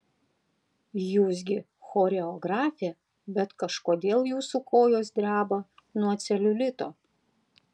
jūs gi choreografė bet kažkodėl jūsų kojos dreba nuo celiulito